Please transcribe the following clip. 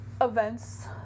events